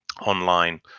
online